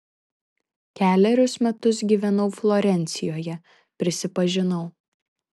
kelerius metus gyvenau florencijoje prisipažinau